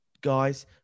guys